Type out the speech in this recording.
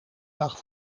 dag